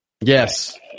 Yes